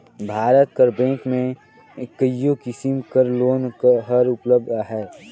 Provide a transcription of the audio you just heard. भारत कर बेंक में कइयो किसिम कर लोन हर उपलब्ध अहे